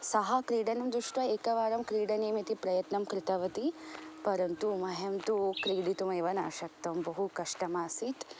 सः क्रीडनं दृष्ट्वा एकवारं क्रीडनीयं इति प्रयत्नं कृतवती परन्तु मह्यं तु क्रीडितुम् एव न शक्तं बहु कष्टं आसीत्